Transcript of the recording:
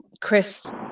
chris